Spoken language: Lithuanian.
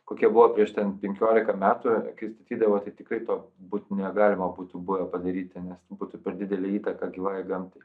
kokie buvo prieš ten penkiolika metų kai statydavo tai tikrai to būt negalima būtų buvę padaryti nes būtų per didelė įtaka gyvajai gamtai